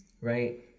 Right